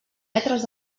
metres